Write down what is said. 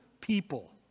people